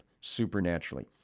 supernaturally